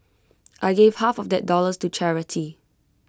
I gave half of that dollars to charity